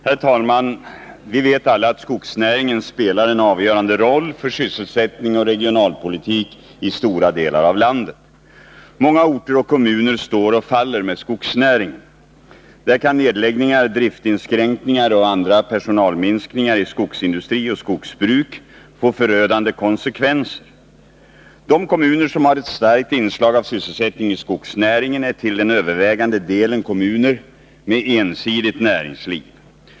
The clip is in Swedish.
Herr talman! Vi vet alla att skogsnäringen spelar en avgörande roll för sysselsättning och regionalpolitik i stora delar av landet. Många orter och kommuner står och faller med skogsnäringen. Där kan nedläggningar, driftsinskränkningar och andra personalminskningar i skogsindustri och skogsbruk få förödande konsekvenser. De kommuner som har ett starkt inslag av sysselsättning i skogsnäringen är till den övervägande delen kommuner med ensidigt närigsliv.